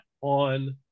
on